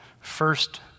First